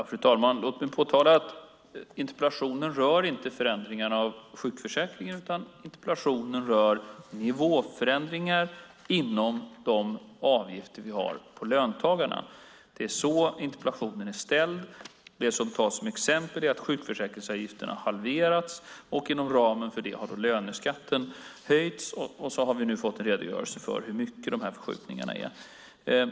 Fru talman! Låt mig påtala att interpellationen inte rör förändringar av sjukförsäkringen utan nivåförändringar inom de avgifter som vi har på löntagarna. Det är så interpellationen är ställd. Det som tas som exempel är att sjukförsäkringsavgifterna har halverats. Inom ramen för det har löneskatten höjts. Nu har vi fått en redogörelse för hur stora de förskjutningarna är.